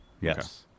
Yes